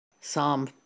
Psalm